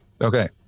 Okay